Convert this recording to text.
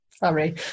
sorry